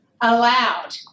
allowed